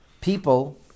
people